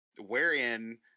wherein